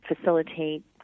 facilitate